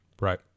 Right